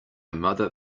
mother